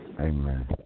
Amen